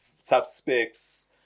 suspects